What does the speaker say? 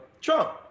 Trump